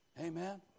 amen